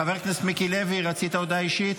חבר הכנסת מיקי לוי, רצית הודעה אישית?